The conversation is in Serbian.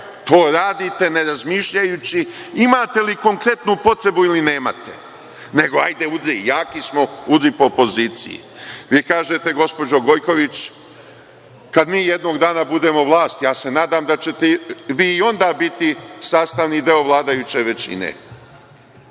to radite ne razmišljajući imate li konkretnu potrebu ili nemate. Nego, hajde udri, jaki smo, udri po opoziciji. Vi kažete, gospođo Gojković - kada mi jednog dana budemo vlast; ja se nadam da ćete vi i onda biti sastavni deo vladajuće većine.